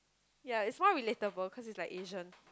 yea it's one relatable cause is like agent